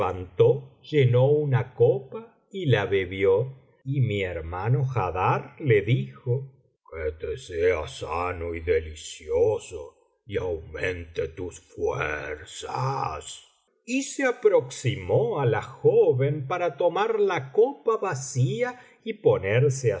llenó una copa y la bebió y mi hermano haddar le dijo que te sea sano y delicioso y aumente tus fuerzas y se aproximó á la joven para tomar la copa vacía y ponerse